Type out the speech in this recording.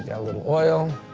a little oil,